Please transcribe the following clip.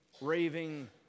raving